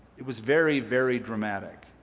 it was very, very dramatic.